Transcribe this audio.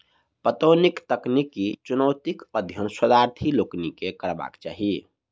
पटौनीक तकनीकी चुनौतीक अध्ययन शोधार्थी लोकनि के करबाक चाही